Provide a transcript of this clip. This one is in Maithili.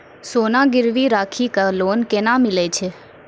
सोना गिरवी राखी कऽ लोन केना मिलै छै?